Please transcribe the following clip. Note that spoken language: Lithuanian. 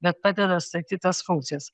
bet padeda atstatyt tas funkcijas